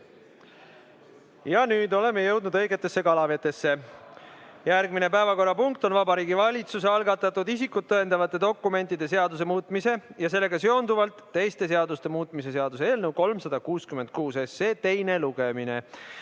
Nüüd oleme jõudnud õigetesse kalavetesse. Järgmine päevakorrapunkt on Vabariigi Valitsuse algatatud isikut tõendavate dokumentide seaduse muutmise ja sellega seonduvalt teiste seaduste muutmise seaduse eelnõu 366 teine lugemine.